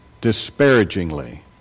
disparagingly